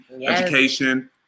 education